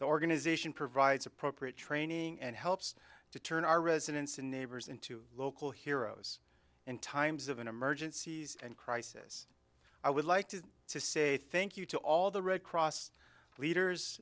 the organization provides appropriate training and helps to turn our residents and neighbors into local heroes in times of emergencies and crisis i would like to say thank you to all the red cross leaders